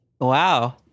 Wow